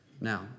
Now